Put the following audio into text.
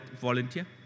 volunteer